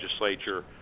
legislature